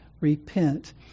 repent